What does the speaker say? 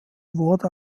wurde